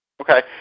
Okay